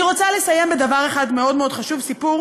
אני רוצה לסיים בדבר אחד מאוד מאוד חשוב, סיפור